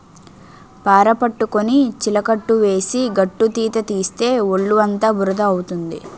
పార పట్టుకొని చిలకట్టు వేసి గట్టుతీత తీస్తే ఒళ్ళుఅంతా బురద అవుతుంది